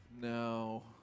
No